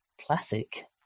Classic